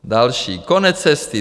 Další: Konec cesty.